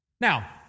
Now